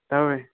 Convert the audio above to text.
توَے